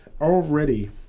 already